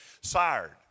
Sired